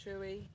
Chewy